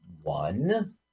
One